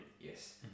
yes